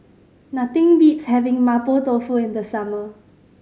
nothing beats having Mapo Tofu in the summer